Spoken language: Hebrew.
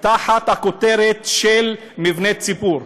תחת הכותרת של מבני ציבור.